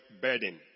burden